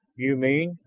you mean?